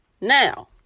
Now